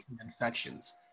infections